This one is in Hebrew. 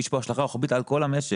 יש כאן השלכה רוחבית על כל המשק.